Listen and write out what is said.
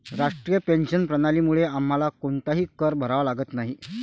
राष्ट्रीय पेन्शन प्रणालीमुळे आम्हाला कोणताही कर भरावा लागत नाही